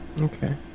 Okay